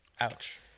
Ouch